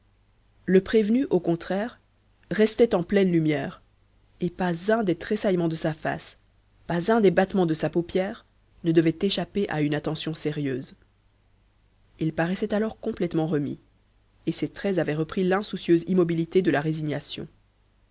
le prévenu au contraire restait en pleine lumière et pas un des tressaillements de sa face pas un des battements de sa paupière ne devait échapper à une attention sérieuse il paraissait alors complètement remis et ses traits avaient repris l'insoucieuse immobilité de la résignation